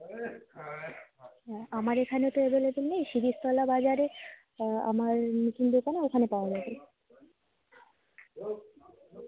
হ্যাঁ আমার এখানে তো এভেলেবেল নেই শিরীষতলা বাজারে আমার নতুন দোকান ওখানে পাওয়া যাবে